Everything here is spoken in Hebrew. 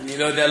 אני לא יודע,